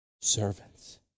servants